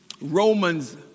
Romans